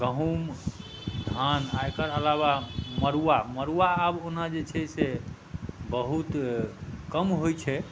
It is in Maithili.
गहूम धान आओर एकर अलावा मड़ुआ मड़ुआ आब ओना जे छै से बहुत कम होइ छै